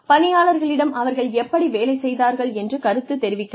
பணியாளர்களிடம் அவர்கள் எப்படி வேலை செய்தார்கள் என்று கருத்து தெரிவிக்கலாம்